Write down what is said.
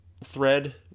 thread